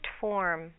form